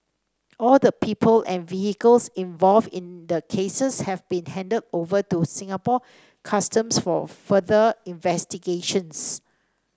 all the people and vehicles involved in the cases have been handed over to Singapore Customs for further investigations